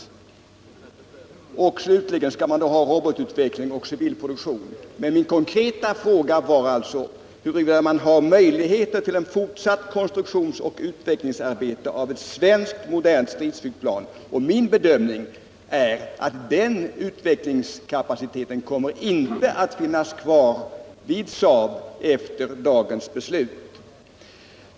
Slutligen skall man då ha robotutveckling och civil produktion. Men min konkreta fråga var alltså huruvida man har möjligheter till ett fortsatt konstruktionsoch utvecklingsarbete när det gäller ett svenskt modernt stridsflygplan. Min bedömning är att den utvecklingskapaciteten inte kommer att finnas kvar vid Saab efter dagens beslut.